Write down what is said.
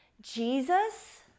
Jesus